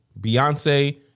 Beyonce